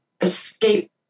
escape